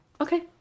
Okay